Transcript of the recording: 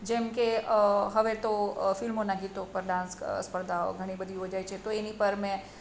જેમકે હવે તો ફિલ્મોનાં ગીતો ઉપર ડાન્સ સ્પર્ધાઓ ઘણી બધી યોજાય છે તો એની પર મેં